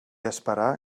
esperar